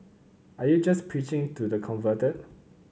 are you just preaching to the converted